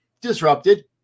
disrupted